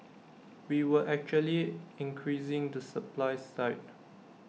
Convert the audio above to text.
we were actually increasing the supply side